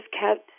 kept